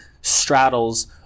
straddles